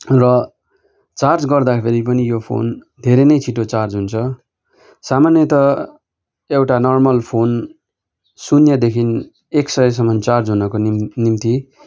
र चार्ज गर्दाफेरि पनि यो फोन धेरै नै छिटो चार्ज हुन्छ सामान्यत एउटा नर्मल फोन शून्यदेखि एक सयसम्म चार्ज हुनको निम्ति